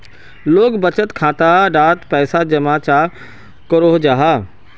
लोग बचत खाता डात पैसा जमा चाँ करो जाहा?